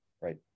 right